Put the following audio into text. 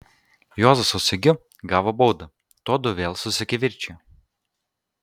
juozas su sigiu gavo baudą tuodu vėl susikivirčijo